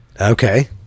Okay